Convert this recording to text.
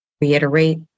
reiterate